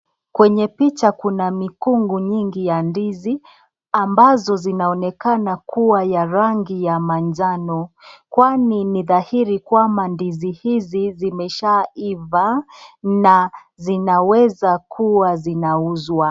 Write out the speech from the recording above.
Kwenye picha kuna mikungu nyingi ya ndizi ambazo zinaonekana kuwa ya rangi ya manjano kwani ni dhairi kwamba ndizi hizi zimeshaiva na zinaweza kuwa zinauzwa.